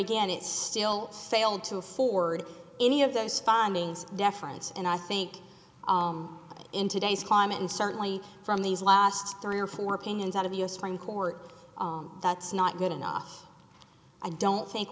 again it's still failed to afford any of those findings deference and i think in today's climate and certainly from these last three or four opinions out of the u s supreme court that's not good enough i don't think